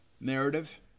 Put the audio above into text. narrative